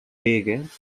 begins